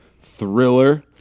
thriller